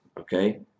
okay